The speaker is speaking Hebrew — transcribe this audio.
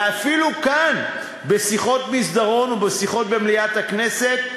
ואפילו כאן בשיחות מסדרון ובשיחות במליאת הכנסת,